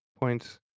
points